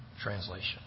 translation